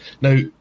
now